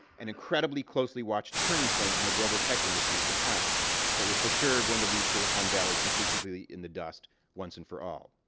an incredibly closely-watched turning-point in the global tech industry at the time that was, for sure, going to leave silicon valley conclusively in the dust once and for all.